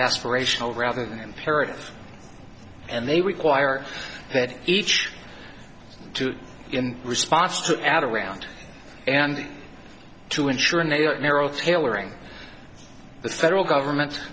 aspirational rather than carrots and they require that each in response to add around and to ensure in a narrow tailoring the federal government